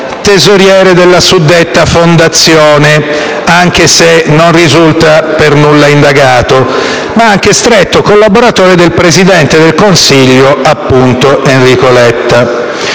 tesoriere della suddetta fondazione (anche se non risulta per nulla indagato), ma anche stretto collaboratore del Presidente del Consiglio, appunto, Enrico Letta.